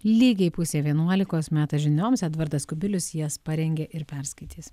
lygiai pusė vienuolikos metas žinioms edvardas kubilius jas parengė ir perskaitys